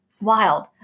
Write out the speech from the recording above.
Wild